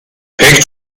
pek